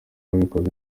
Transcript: ababikoze